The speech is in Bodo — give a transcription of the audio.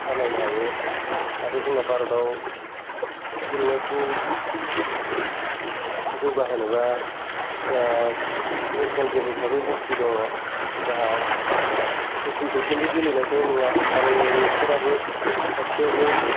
खामायनो हायो आरो जोंना भारताव गेलेनायखौ जौगाहोनोबा जाहा नेसनेल गेम हिसाबै हकि दङ जाहा हकिखौ खिन्थु गेलेनायखौ नुवा आरो नुफेराबो खाथियावबो